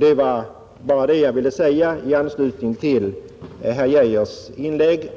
Det var bara detta jag ville säga i anslutning till herr Geijers inlägg.